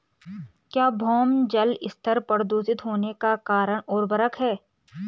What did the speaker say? क्या भौम जल स्तर प्रदूषित होने का कारण उर्वरक है?